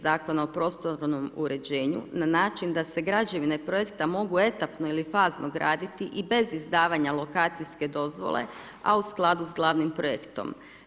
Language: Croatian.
Zakona o prostornom uređenju na način da se građevine projekta mogu etapno ili fazno graditi i bez izdavanja lokacijske dozvole, a u skladu s glavnim projektom.